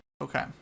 Okay